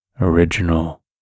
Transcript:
original